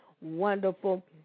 wonderful